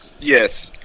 Yes